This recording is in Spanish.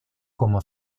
como